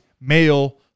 male